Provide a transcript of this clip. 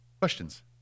questions